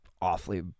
awfully